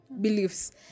beliefs